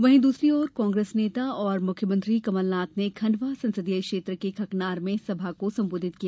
वहीं दूसरी ओर कांग्रेस नेता और मुख्यमंत्री कमलनाथ ने खंडवा संसदीय क्षेत्र के खकनार में सभा को संबोधित किया